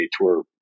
Tour